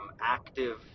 active